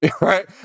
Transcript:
Right